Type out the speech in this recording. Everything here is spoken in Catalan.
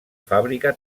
fàbrica